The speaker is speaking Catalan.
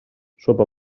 sopa